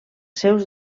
seus